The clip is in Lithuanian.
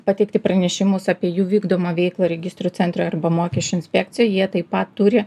pateikti pranešimus apie jų vykdomą veiklą registrų centre arba mokesčių inspekcijoj jie taip pat turi